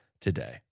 today